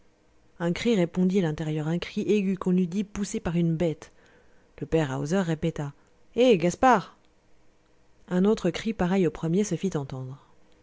un cri répondit à l'intérieur un cri aigu qu'on eût dit poussé par une bête le père hauser répéta hé gaspard un autre cri pareil au premier se fit entendre